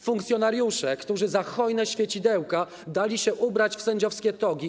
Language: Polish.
Funkcjonariusze, którzy za hojne świecidełka dali się ubrać w sędziowskie togi.